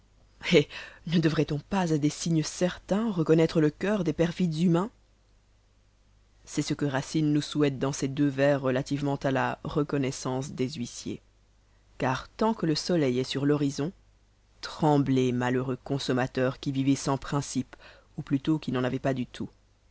ne devrait on pas à des signes certains reconnaître le coeur des perfides humains c'est ce que racine nous souhaite dans ces deux vers relativement à la reconnaissance des huissiers car tant que le soleil est sur l'horizon tremblez malheureux consommateurs qui vivez sans principes ou plutôt qui n'en avez pas du tout